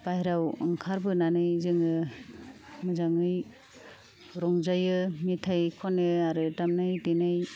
बायह्रायाव ओंखारबोनानै जोङो मोजाङै रंजायो मेथाइ खनो आरो दामनाय देनाय